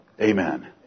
Amen